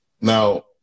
Now